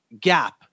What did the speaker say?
Gap